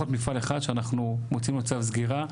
מפעל אחד שאנחנו מוציאים לו צו סגירה.